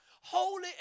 holy